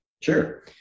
Sure